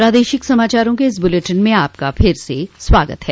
प्रादेशिक समाचारों के इस बुलेटिन में आपका फिर से स्वागत है